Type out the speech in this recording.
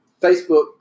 Facebook